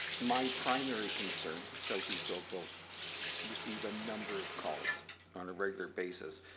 my primary concern southeast oakville receive a number of calls on a regular basis.